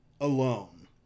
alone